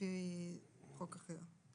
לפי חוק אחר.